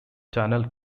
tunnel